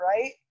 right